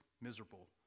miserable